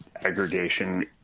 aggregation